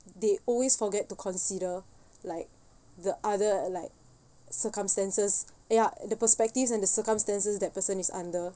they always forget to consider like the other like circumstances ya the prospectus and the circumstances that person is under